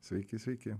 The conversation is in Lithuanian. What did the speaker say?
sveiki sveiki